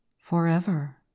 forever